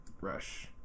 rush